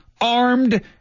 armed